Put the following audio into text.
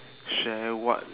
share what